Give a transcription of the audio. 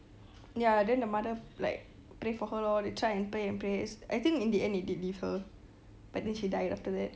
ya then the mother like pray for her lor they try and pray and pray I think in the end it did leave her but then she died after that